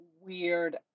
weird